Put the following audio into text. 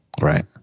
Right